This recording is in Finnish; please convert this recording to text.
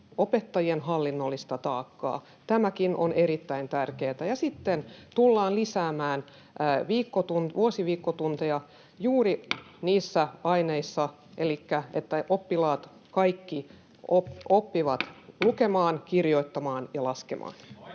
opettajien hallinnollista taakkaa. Tämäkin on erittäin tärkeätä. Sitten tullaan lisäämään vuosiviikkotunteja juuri niissä aineissa, elikkä niin, että kaikki oppilaat